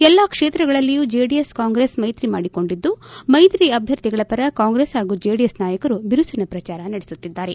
ಎಲ್ಲಾ ಕ್ಷೇತ್ರಗಳಲ್ಲಿಯೂ ಜೆಡಿಎಸ್ ಕಾಂಗ್ರೆಸ್ ಮೈತ್ರಿ ಮಾಡಿಕೊಂಡಿದ್ದು ಮೈತ್ರಿ ಅಭ್ವರ್ಥಿಗಳ ಪರ ಕಾಂಗ್ರೆಸ್ ಪಾಗೂ ಜೆಡಿಎಸ್ ನಾಯಕರು ಬಿರುಸಿನ ಪ್ರಚಾರ ನಡೆಸುತ್ತಿದ್ದಾರೆ